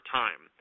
time